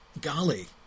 Golly